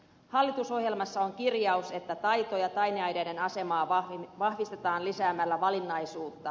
hallitusohjelmassa on kirjaus että taito ja taideaineiden asemaa vahvistetaan lisäämällä valinnaisuutta